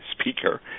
speaker